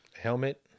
Helmet